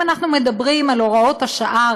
אם אנחנו מדברים על הוראות השעה,